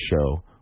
show